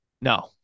No